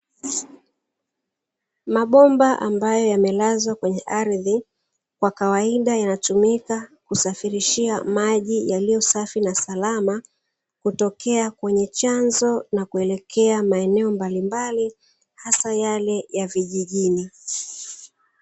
Mabomba ambayo yanelazwa kwenye ardhi kwa kawaida yanatumika kusafirishia maji yaliyo safi na salama, kutokea kwenye chanzo na kuelekea maeneo mbalimbali hasa yale ya vijijini.